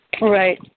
Right